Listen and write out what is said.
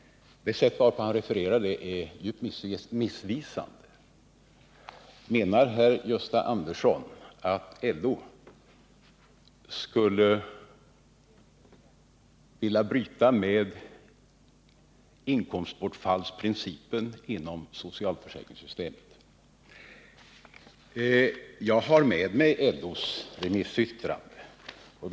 Det sätt varpå han refererar remissyttrandet är helt missvisande. Menar Gösta Andersson att LO skulle vilja bryta med inkomstbortfallsprincipen inom socialförsäkringen? Jag har med mig LO:s remissyttrande.